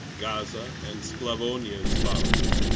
gaza, and sclavonia's bounds,